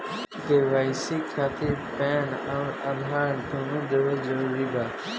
KYC खातिर PAN आउर आधार दुनों देवल जरूरी बा?